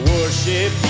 Worship